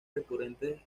recurrentes